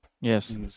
Yes